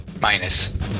minus